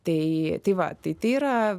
tai tai va tai tai yra